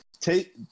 take